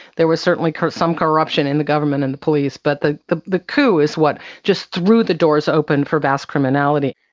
there was certainly some corruption in the government and the police, but the the coup is what just threw the doors open for vast criminality.